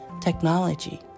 technology